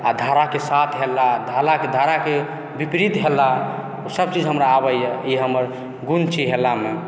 आ धाराके साथ हेलला धालाके धाराके विपरीत हेलला सभचीज हमरा आबैए ई हमर गुण छी हेललामे